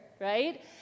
right